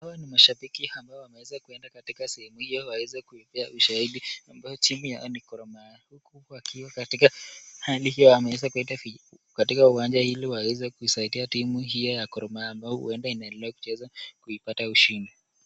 Hawa ni mashabiki ambao wameweza kuenda katika sehemu hiyo waweze kuipea ushaidi ambayo timu yao ni Gor Mahia, huku wakiwa katika hali hiyo wameweza kuleta katika uwanja ili waweze kuisaidia timu hiyo ya Gor Mahia ambayo huenda inaendelea kucheza kuipata ushindi.